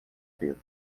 vivo